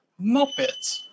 Muppets